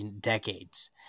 decades